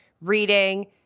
reading